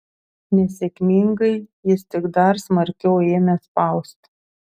nesėkmingai jis tik dar smarkiau ėmė spausti